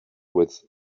with